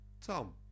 Tom